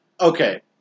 Okay